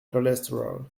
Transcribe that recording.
cholesterol